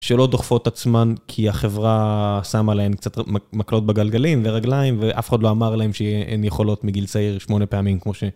שלא דוחפות את עצמן כי החברה שמה להם קצת מקלות בגלגלים ורגליים, ואף אחד לא אמר להם שהן יכולות מגיל צעיר שמונה פעמים כמו ש...